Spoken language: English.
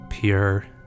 pure